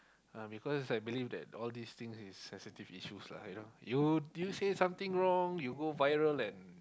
uh because I believe that all these things is sensitive issues lah you know you you say something wrong you go viral and